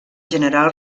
general